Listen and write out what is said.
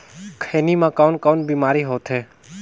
खैनी म कौन कौन बीमारी होथे?